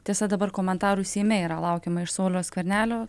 tiesa dabar komentarų seime yra laukiama iš sauliaus skvernelio